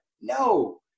No